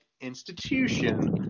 institution